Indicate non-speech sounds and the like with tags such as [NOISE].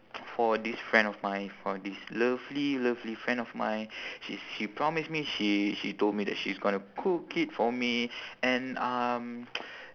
[NOISE] for this friend of mine for this lovely lovely friend of mine she she promise me she she told me that she's going to cook it for me and um [NOISE]